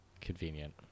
Convenient